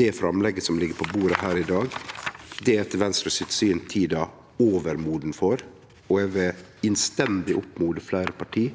Det framlegget som ligg på bordet her i dag, er etter Venstres syn tida overmoden for, og eg vil innstendig oppmode fleire parti